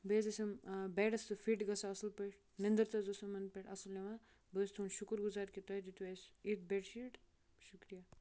بیٚیہِ حظ ٲسۍ یِم بٮ۪ڈَس تہِ فِٹ گژھان اَصٕل پٲٹھۍ نندٕر تہِ حظ ٲس یِمَن پٮ۪ٹھ اَصٕل یِوان بہٕ حظ چھُس تُہُنٛد شُکُر گُزار کہِ تۄہہِ دیُتوٕ اَسہِ اِتھۍ بٮ۪ڈ شیٖٹ شُکریہ